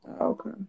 Okay